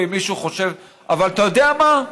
אבל אתה יודע מה?